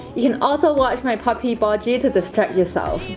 you can also watch my puppy party to distract yourself